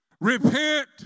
Repent